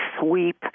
sweep